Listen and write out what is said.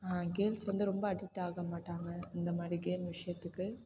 girls வந்து ரொம்ப addict ஆக மாட்டாங்க இந்தமாதிரி கேம் விஷயத்துக்கு